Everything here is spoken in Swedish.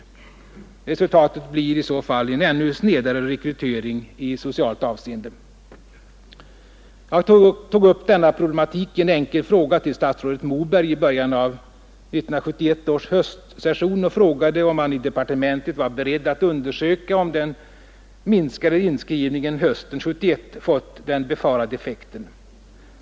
Resultatet blir i så fall en ännu snedare rekrytering i socialt avseende. Jag tog upp denna problematik i en enkel fråga till statsrådet Moberg i början av 1971 års höstsession och frågade om man i departementet var beredd att undersöka om den minskade inskrivningen hösten 1971 fått den befarade effekten.